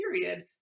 period